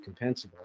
compensable